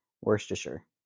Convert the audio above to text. Worcestershire